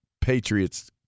Patriots